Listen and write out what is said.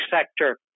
sector